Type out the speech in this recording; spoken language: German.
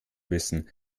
wissen